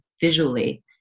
visually